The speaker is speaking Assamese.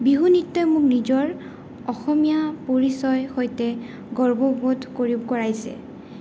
বিহু নৃত্যই মোক নিজৰ অসমীয়া পৰিচয় সৈতে গৰ্ববোধ কৰিব কৰাইছে